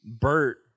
Bert